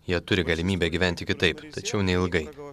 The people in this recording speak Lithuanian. jie turi galimybę gyventi kitaip tačiau neilgai